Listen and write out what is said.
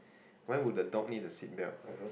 why would the dog need the seat belt